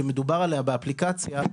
שמדובר עליה באפליקציה,